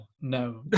no